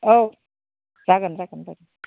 औ जागोन जागोन जागोन